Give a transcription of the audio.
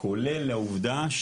כולל העובדה,